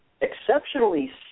exceptionally